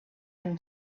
him